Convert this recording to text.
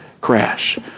crash